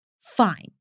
fine